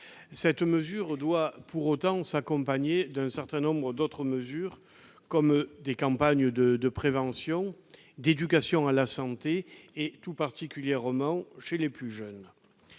cette mesure doit s'accompagner d'un certain nombre d'autres mesures, comme des campagnes de prévention et d'éducation à la santé, tout particulièrement chez les plus jeunes.